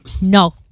No